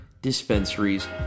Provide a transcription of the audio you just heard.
dispensaries